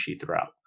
throughout